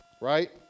Right